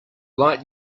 light